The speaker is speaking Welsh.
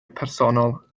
personol